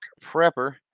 prepper